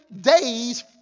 days